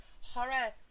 horror